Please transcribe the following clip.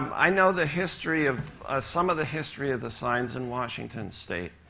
i know the history of some of the history of the signs in washington state.